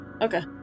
Okay